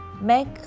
Make